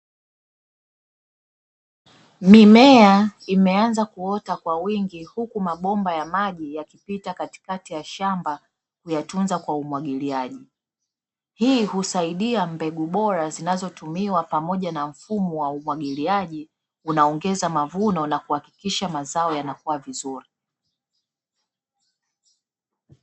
Mimea imeanza kuota kwa wingi huku mabomba ya maji yakipita katikati ya shamba kuyatunza kwa umwagiliaji, hii husaidia mbegu bora zinzotumiwa pamoja na mfumo wa umwagiliaji unaongeza mavuno na kuhakikisha mazao yanakua vizuri.